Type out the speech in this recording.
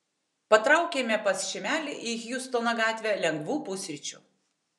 patraukėme pas šimelį į hjustono gatvę lengvų pusryčių